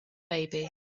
baby